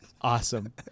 Awesome